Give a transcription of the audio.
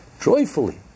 joyfully